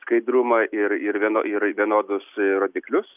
skaidrumą ir ir viena yra vienodus rodiklius